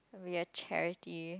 we're charity